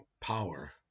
power